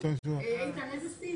איזה סעיף?